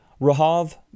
Rahav